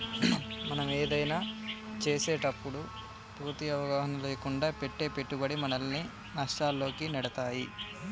మనం ఏదైనా చేసేటప్పుడు పూర్తి అవగాహన లేకుండా పెట్టే పెట్టుబడి మనల్ని నష్టాల్లోకి నెడతాయి